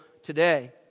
today